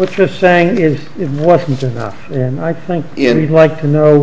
what you're saying is in washington and i think in you'd like to know